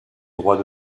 droit